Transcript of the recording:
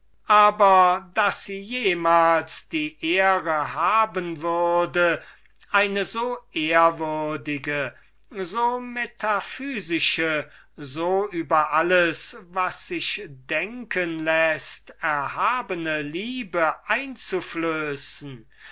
aber daß sie jemals die ehre haben würde eine so ehrwürdige so metaphysische so über alles was sich denken läßt erhabene liebe